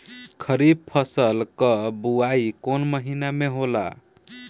खरीफ फसल क बुवाई कौन महीना में होला?